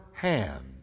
Hand